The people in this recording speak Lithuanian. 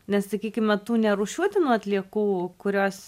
nes sakykim na tų nerūšiuotinų atliekų kurios